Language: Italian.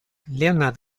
leonard